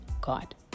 God